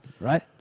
Right